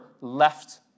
left